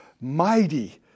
mighty